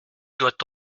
doit